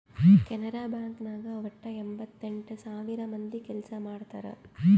Canara Bank ನಾಗ್ ವಟ್ಟ ಎಂಭತ್ತೆಂಟ್ ಸಾವಿರ ಮಂದಿ ಕೆಲ್ಸಾ ಮಾಡ್ತಾರ್